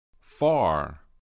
Far